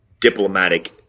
diplomatic